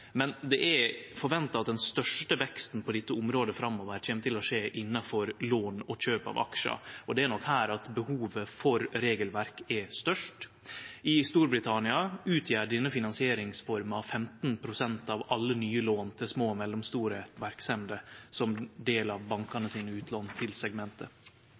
Men det er forventa at den største veksten på dette området framover kjem til å skje innanfor lån og kjøp av aksjar, og det er nok her behovet for regelverk er størst. I Storbritannia utgjer denne finansieringsforma 15 pst. av alle nye lån til små og mellomstore verksemder som del av bankane sine utlån til segmentet.